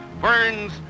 burns